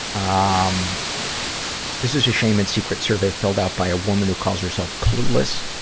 ah um this is a shame and secret survey filled out by a woman who calls herself clueless.